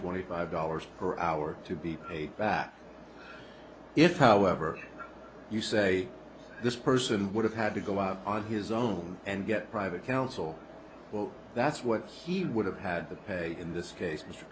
twenty five dollars per hour to be paid back if however you say this person would have had to go out on his own and get private counsel well that's what he would have had to pay in this case m